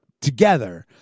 together